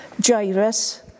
Jairus